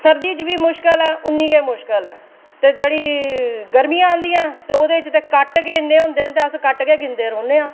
सर्दी च बी मुश्कल ऐ उन्नी गै मुश्कल ऐ उन्नी गै मुश्कल ऐ ते जेह्ड़ी गर्मी आंदी ऐ ते ओह्दे च ते कट्ट गै इन्ने होंदे अस कट्ट गै गिनदे रौंह्ने आं